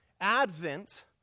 Advent